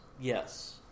Yes